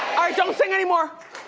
don't sing anymore.